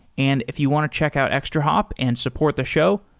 and if you want to check out extrahop and support the show,